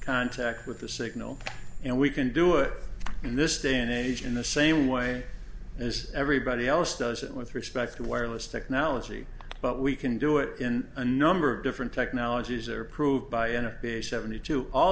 contact with the signal and we can do it in this day and age in the same way as everybody else does it with respect to wireless technology but we can do it in a number of different technologies are approved by n f p a seventy two all